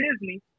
Disney